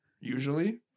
usually